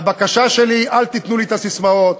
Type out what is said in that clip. והבקשה שלי, אל תיתנו לי את הססמאות.